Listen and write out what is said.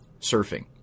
surfing